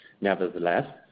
Nevertheless